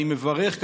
אני מברך,